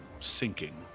sinking